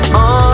on